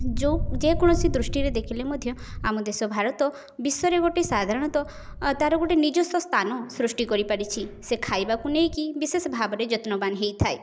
ଯେଉଁ ଯେ କୌଣସି ଦୃଷ୍ଟିରେ ଦେଖିଲେ ମଧ୍ୟ ଆମ ଦେଶ ଭାରତ ବିଶ୍ୱରେ ଗୋଟେ ସାଧାରଣତଃ ତାର ଗୋଟେ ନିଜସ୍ୱ ସ୍ଥାନ ସୃଷ୍ଟି କରିପାରିଛି ସେ ଖାଇବାକୁ ନେଇକି ବିଶେଷ ଭାବରେ ଯତ୍ନବାନ ହେଇଥାଏ